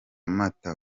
mata